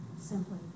simply